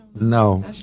No